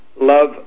Love